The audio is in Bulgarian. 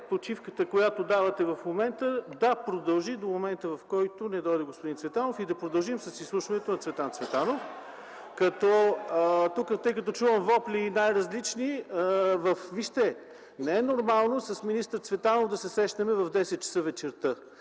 почивката, която давате в момента, да продължи до момента, в който не дойде господин Цветанов, и да продължим с изслушването на Цветан Цветанов. (Шум и реплики от ГЕРБ.) Тъй като тук чувам вопли най-различни – вижте, не е нормално с министър Цветанов да се срещнем в 10 часа вечерта.